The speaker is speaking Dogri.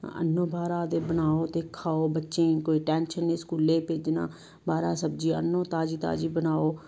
आह्नो बाह्रा दा ते बनाओ ते खाओ बच्चें गी कोई टेंशन नेईं स्कूलै गी भेजना बाह्रा सब्जी आह्नो ताजी ताजी बनाओ